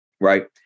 right